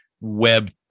web